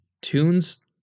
tunes